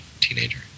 teenager